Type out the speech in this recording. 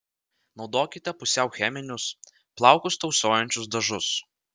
naudokite pusiau cheminius plaukus tausojančius dažus